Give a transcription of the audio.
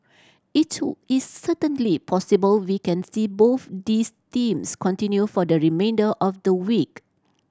it is certainly possible we can see both those themes continue for the remainder of the week